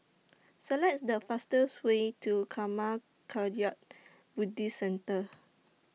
Select The fastest Way to Karma Kagyud Buddhist Centre